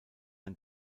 ein